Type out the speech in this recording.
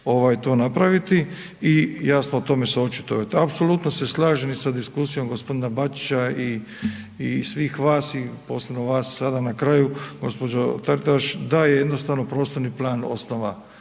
to napraviti i jasno, o tome se očituje. Apsolutno se slažem i sa diskusijom g. Bačića i svih vas i posebno vas sada na kraju, gđo. Taritaš, da je jednostavno prostorni plan osnova